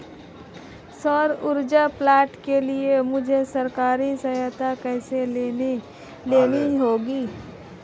सौर ऊर्जा प्लांट के लिए मुझे सरकारी सहायता कैसे लेनी होगी?